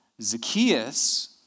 Zacchaeus